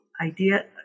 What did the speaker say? idea